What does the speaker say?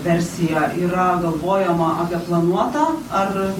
versija yra galvojama apie planuotą ar